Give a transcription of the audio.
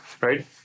right